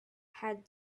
had